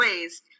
ways